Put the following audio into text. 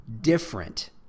different